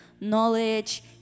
knowledge